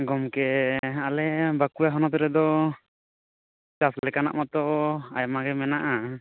ᱜᱚᱝᱠᱮ ᱟᱞᱮ ᱵᱟ ᱠᱩᱲᱟ ᱦᱚᱱᱚᱛ ᱨᱮᱫᱚ ᱪᱟᱥ ᱞᱮᱠᱟᱱᱟᱜ ᱢᱟᱛᱚ ᱟᱭᱢᱟᱜᱮ ᱢᱮᱱᱟᱜᱼᱟ